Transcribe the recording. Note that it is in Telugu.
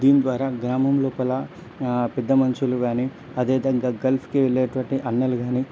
దీని ద్వారా గ్రామం లోపల పెద్ద మంచులు గానఐ అదే విధంగా గల్ఫ్కి వెళ్ళేటువంటి అన్నలు గానీ